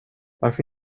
varför